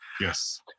Yes